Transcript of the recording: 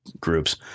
Groups